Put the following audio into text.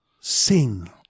sing